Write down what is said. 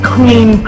Queen